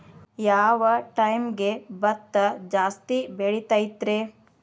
ಯಾವ ಟೈಮ್ಗೆ ಭತ್ತ ಜಾಸ್ತಿ ಬೆಳಿತೈತ್ರೇ?